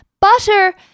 butter